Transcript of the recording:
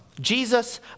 Jesus